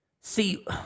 See